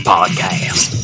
Podcast